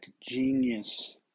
genius